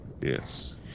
Yes